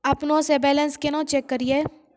अपनों से बैलेंस केना चेक करियै?